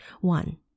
One